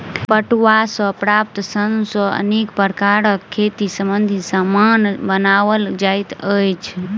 पटुआ सॅ प्राप्त सन सॅ अनेक प्रकारक खेती संबंधी सामान बनओल जाइत अछि